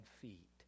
feet